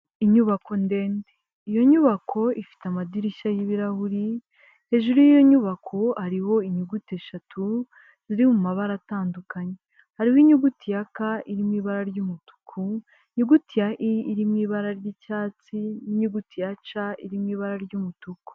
Inyubako ndende ,iyo nyubako ifite amadirishya y'ibirahuri, hejuru yi'yo nyubako ubu arimo inyuguti eshatu, ziri mu mabara atandukanye. Hariho inyuguti ya ka iri mu ibara ry'umutuku ,nyuguti ya i iri mu ibara ry'icyatsi n'inyuguti ya ca iri mu ibara ry'umutuku.